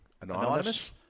anonymous